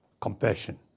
compassion